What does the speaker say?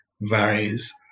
varies